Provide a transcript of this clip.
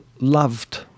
loved